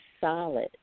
solid